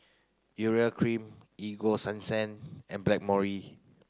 urea cream Ego Sunsense and Blackmores